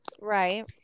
right